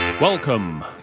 Welcome